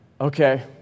okay